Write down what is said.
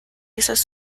esos